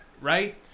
right